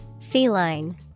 feline